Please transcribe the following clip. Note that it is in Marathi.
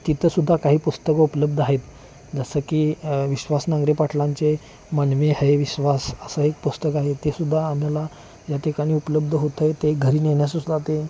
तिथंसुद्धा काही पुस्तकं उपलब्ध आहेत जसं की विश्वास नांगरे पाटलांचे मन मे है विश्वास असं एक पुस्तक आहे ते सुद्धा आम्हाला या ठिकाणी उपलब्ध होतं आहे ते घरी नेण्यास सुद्धा ते